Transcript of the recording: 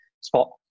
spot